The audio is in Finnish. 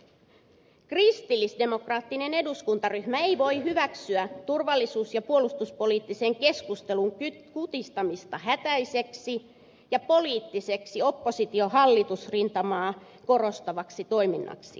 kristillisdemokraattinen eduskuntaryhmä ei voi hyväksyä turvallisuus ja puolustuspoliittisen keskustelun kutistamista hätäiseksi ja poliittiseksi oppositiohallitus rintamaa korostavaksi toiminnaksi